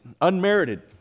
unmerited